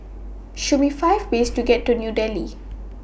Show Me five ways to get to New Delhi